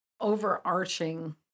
overarching